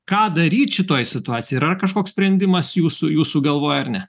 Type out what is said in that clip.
ką daryt šitoj situacijoj ir ar yra kažkoks sprendimas jūsų jūsų galvoj ar ne